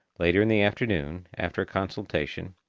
later in the afternoon, after a consultation,